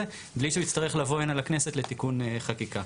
בלי שהוא יצטרך לבוא הנה לכנסת לתיקון חקיקה.